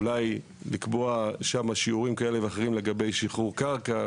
אולי יש לקבוע שם שיעורים כאלה ואחרים לגבי שחרור קרקע,